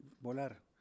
volar